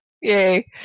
Yay